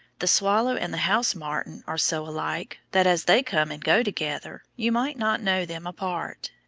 the swallow and the house martin are so alike that, as they come and go together, you might not know them apart,